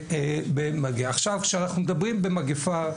כשאנחנו מדברים על מגיפה,